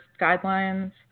guidelines